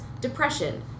depression